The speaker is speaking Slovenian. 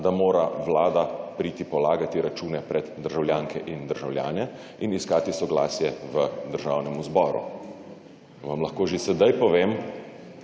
da mora vlada priti polagati račune pred državljanke in državljane in iskati soglasje v Državnem zboru. Vam lahko že sedaj povem